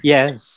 Yes